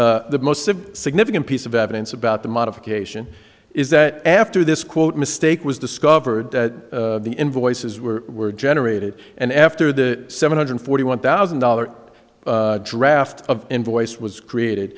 the most significant piece of evidence about the modification is that after this quote mistake was discovered that the invoices were generated and after the seven hundred forty one thousand dollars draft of invoice was created